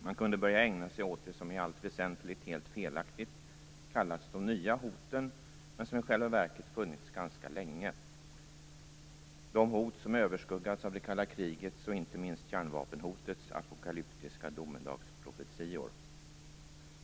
Man kunde börja ägna sig åt det som i allt väsentligt helt felaktigt kallats de nya hoten, men som i själva verket funnits ganska länge, nämligen de hot som överskuggats av det kalla krigets och inte minst kärnvapenhotets apokalyptiska domedagsprofetior.